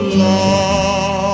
love